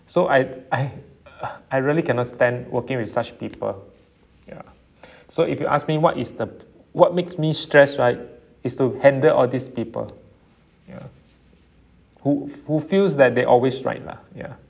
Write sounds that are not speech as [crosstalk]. so I I uh I really cannot stand working with such people ya [breath] so if you ask me what is the what makes me stress right is to handle all these people ya who who feels that they're always right lah ya